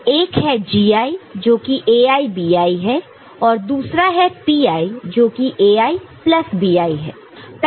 तो एक है Gi जोकि AiBi है और दूसरा है Pi जोकि Ai प्लस Bi है